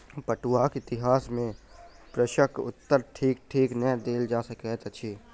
पटुआक इतिहास के प्रश्नक उत्तर ठीक ठीक नै देल जा सकैत अछि